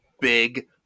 big